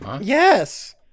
Yes